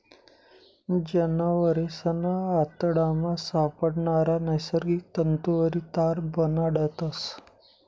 जनावरेसना आतडामा सापडणारा नैसर्गिक तंतुवरी तार बनाडतस